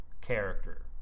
character